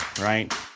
right